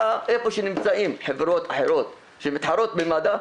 אתה איפה שנמצאים חברות אחרות שמתחרות במד"א,